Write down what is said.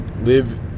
live